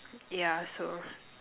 yeah so